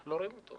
בוקר טוב לכולם.